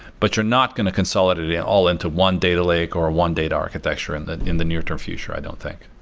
but you're not going to consolidate it and all into one data lake or one data architecture in the in the near term future, i don't think.